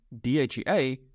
DHEA